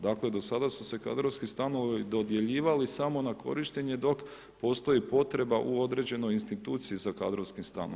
Dakle, do sada su se kadrovski stanovi dodjeljivali samo na korištenje, dok postoji potreba u određenoj instituciji za kadrovskim stanom.